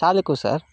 చాలా ఎక్కువ సార్